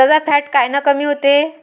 दुधाचं फॅट कायनं कमी होते?